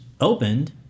opened